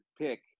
pick